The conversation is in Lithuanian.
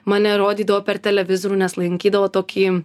mane rodydavo per televizorių nes lankydavau tokį